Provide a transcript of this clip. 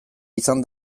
izan